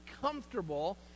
comfortable